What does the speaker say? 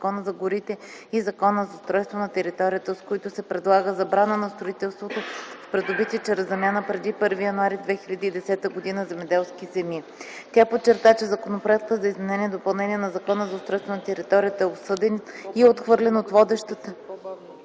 Закона за горите и Закона за устройство на територията, с които се предлага забрана на строителството в придобити чрез замяна преди 1 януари 2010 г. земеделски земи. Тя подчерта, че Законопроектът за изменение и допълнение на Закона за устройство на територията е обсъден и е отхвърлен от водещата